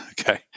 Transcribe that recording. okay